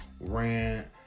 rant